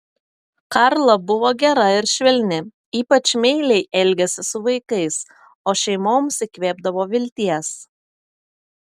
karla buvo gera ir švelni ypač meiliai elgėsi su vaikais o šeimoms įkvėpdavo vilties